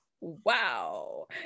wow